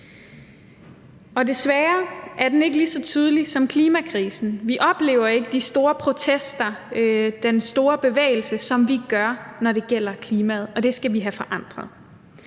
Desværre er den ikke lige så tydelig som klimakrisen. Vi oplever ikke de store protester, den store bevægelse, som vi gør, når det gælder klima, og det skal vi have forandret.